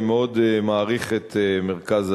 אני מאוד מעריך את "מרכז אדוה"